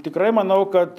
tikrai manau kad